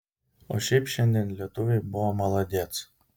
o šiaip šiandien lietuviai buvo maladėc